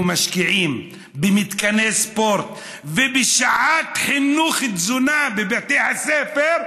משקיעים במתקני ספורט ובשעת חינוך לתזונה בבתי הספר,